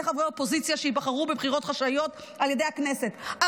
חברי אופוזיציה שייבחרו בבחירות חשאיות על ידי הכנסת,